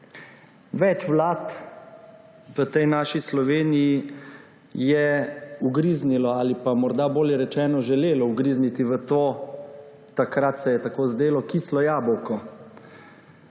Več vlad v tej naši Sloveniji je ugriznilo ali pa, morda bolje rečeno, želelo ugrizniti v to, takrat se je tako zdelo, kislo jabolko.